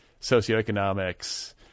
socioeconomics